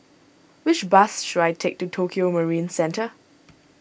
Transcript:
which bus should I take to Tokio Marine Centre